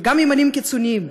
וגם ימנים קיצוניים,